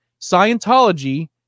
Scientology